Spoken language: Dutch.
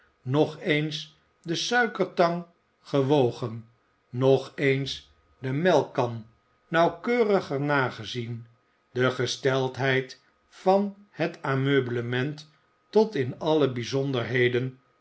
nog eens de suikertang gewogen nog eens de melkkan nauwkeuriger nagezien de gesteldheid van het ameublement tot in alle bijzonderheden